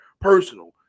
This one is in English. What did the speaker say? personal